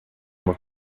uma